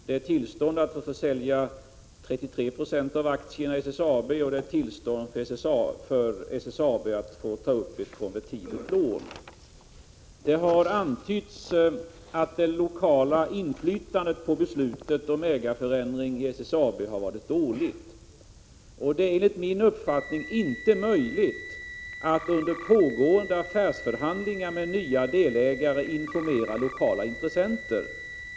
Det gäller tillstånd till försäljning av 33 96 av aktierna i SSAB, och det gäller tillstånd för SSAB att ta upp ett konvertibelt lån. Det har antytts att det lokala inflytandet på beslutet om ägarförändring i SSAB varit dåligt. Det är enligt min uppfattning inte möjligt att under pågående affärsförhandlingar med nya delägare informera lokala intressenter.